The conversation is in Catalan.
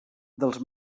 dels